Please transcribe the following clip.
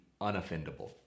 unoffendable